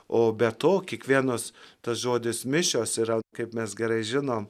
o be to kiekvienas tas žodis mišios yra kaip mes gerai žinome